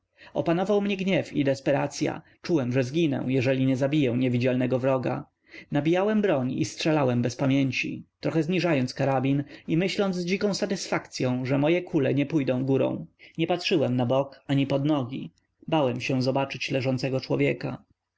opanował mnie gniew i desperacya czułem że zginę jeżeli nie zabiję niewidzialnego wroga nabijałem broń i strzelałem bez pamięci trochę zniżając karabin i myśląc z dziką satysfakcyą że moje kule nie pójdą górą nie patrzyłem na bok ani pod nogi bałem się zobaczyć leżącego człowieka